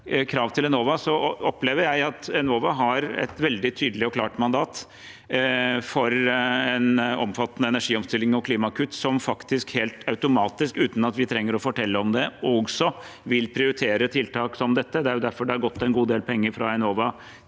krav til Enova, opplever jeg at de har et veldig tydelig og klart mandat for en omfattende energiomstilling og klimakutt, og at de, faktisk helt automatisk og uten at vi trenger å fortelle dem det, også vil prioritere tiltak som dette. Det er derfor det har gått en god del penger fra Enova til